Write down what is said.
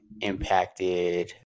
impacted